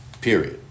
Period